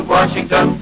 Washington